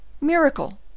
Miracle